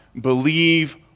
believe